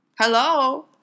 Hello